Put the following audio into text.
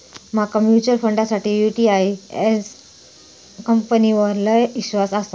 माका म्यूचुअल फंडासाठी UTI AMC कंपनीवर लय ईश्वास आसा